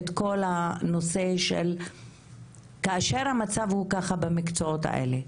זה כל הנושא של כאשר המצב הוא ככה במקצועות האלו,